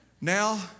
Now